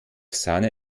sahne